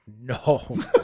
No